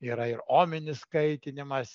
yra ir ominis kaitinimas